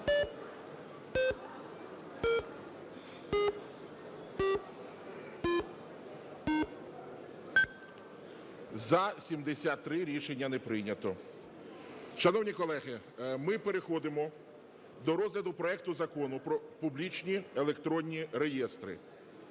За-73 Рішення не прийнято. Шановні колеги, ми переходимо до розгляду проекту Закону про публічні електронні реєстри